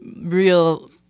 real